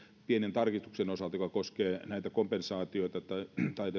pienen tarkistuksen osalta joka koskee näitä kompensaatioita tai